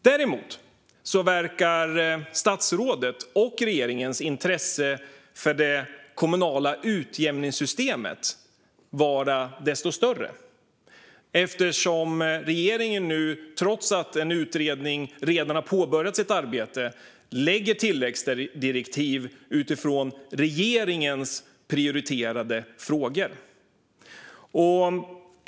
Däremot verkar statsrådets och regeringens intresse för det kommunala utjämningssystemet vara desto större eftersom regeringen nu, trots att en utredning redan har påbörjat sitt arbete, lägger tilläggsdirektiv utifrån regeringens prioriterade frågor.